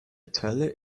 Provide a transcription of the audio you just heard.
tully